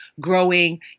growing